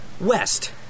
West